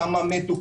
כמה מתו,